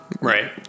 Right